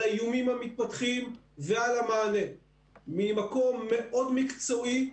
על האיומים המתפתחים ועל המענה ממקום מאוד מקצועי,